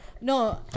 no